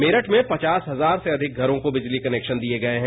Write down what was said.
मेरठ में पचास हजार से अधिक घरों को बिजली कनेकान दिये गये हैं